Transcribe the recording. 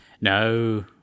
no